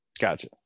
Gotcha